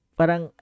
parang